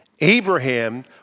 Abraham